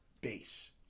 base